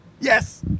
Yes